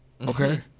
Okay